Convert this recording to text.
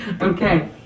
Okay